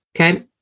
Okay